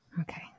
Okay